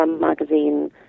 magazine